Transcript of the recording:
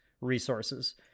resources